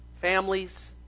families